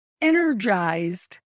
energized